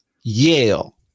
Yale